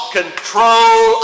control